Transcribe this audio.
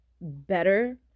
better